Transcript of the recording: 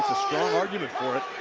argument for it,